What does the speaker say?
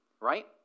right